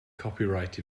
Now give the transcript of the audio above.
copyright